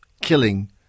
killing